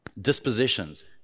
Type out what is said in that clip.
dispositions